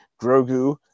Grogu